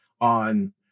on